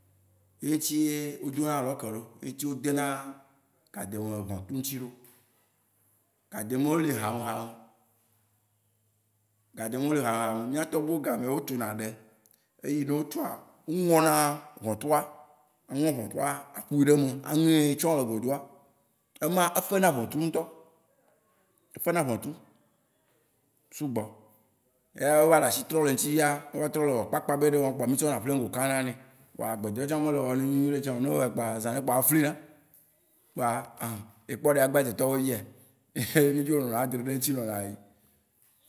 Ye ŋutsi ye wó de na lɔke ɖo. Ye ŋutsi wó dena gademe le ʋɔtru ŋutsi ɖo. Gademe wó li hame hame. Gademe wó li hame hame. Mía tɔgbuiwó be gamea, wó tuna ɖe, eyi ne wó tua, wó ŋɔ na ʋɔtrua, ne eŋɔ ʋɔtrua, aƒui ɖe eme, aŋĩ ema, e fena ʋɔtru ŋutɔ. E fena ʋɔtru sugbɔ. Eya wó va le asi trɔ le eŋutsi fia, wó va trɔ le kpakpa be ɖe wɔm, kpoa mí tsɔ na plingo kã na nɛ. Vɔa agbede wó tsã me le ewɔm na mí nyuie ɖe tsã oo. Ne wó wɔɛ kpoa, zã ɖe kpoa, eflí ná. Kpoa ahn. Ekpɔ ɖe agbe adze tɔ be via? ye mí dzo nɔna edzrom ɖe eŋutsi nɔna yim.